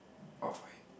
off white